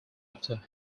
after